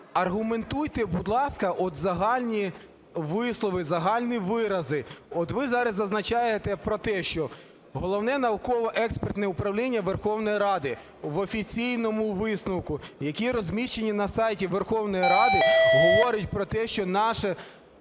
аргументуйте, будь ласка, от загальні вислови, загальні вирази. От ви зараз зазначаєте про те, що Головне науково-експертне управління Верховної Ради в офіційному висновку, який розміщений на сайті Верховної Ради, говорить про те, що цей